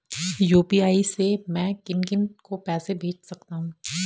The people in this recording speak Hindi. यु.पी.आई से मैं किन किन को पैसे भेज सकता हूँ?